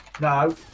No